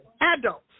Adults